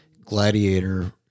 gladiator